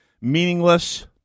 meaningless